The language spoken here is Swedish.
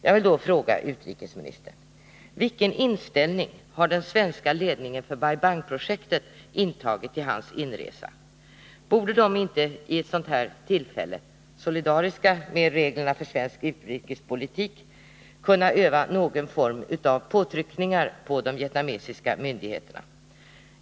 Jag vill fråga utrikesministern: Vilken inställning har den svenska ledningen för Bai Bang-projektet intagit till Bertil Lintners inresa? Borde inte den i ett sådant här fall, solidarisk med reglerna för svensk utrikespolitik, kunna utöva någon form av påtryckningar på de vietnamesiska myndigheterna?